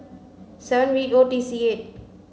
seven V O T C eight